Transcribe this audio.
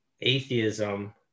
atheism